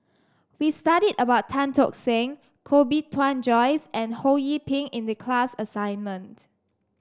we studied about Tan Tock Seng Koh Bee Tuan Joyce and Ho Yee Ping in the class assignment